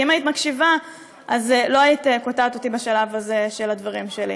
כי אם היית מקשיבה לא היית קוטעת אותי בשלב הזה של הדברים שלי.